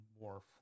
more